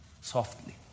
softly